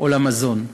או למזון,